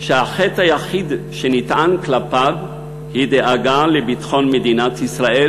שהחטא היחיד שנטען כלפיו הוא דאגה לביטחון מדינת ישראל